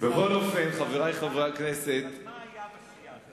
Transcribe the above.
אז מה היה בסיעה?